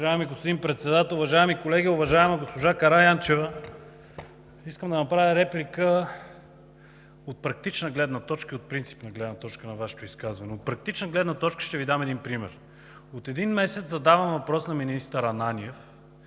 Уважаеми господин Председател, уважаеми колеги! Уважаема госпожо Караянчева, искам да направя реплика от практична и от принципна гледна точка на Вашето изказване. От практична гледна точка ще Ви дам пример. От един месец задавам въпрос на министър Ананиев: